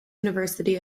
university